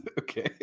Okay